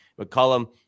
McCollum